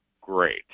great